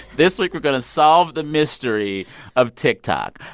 this week, we're going to solve the mystery of tiktok.